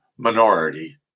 Minority